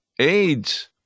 AIDS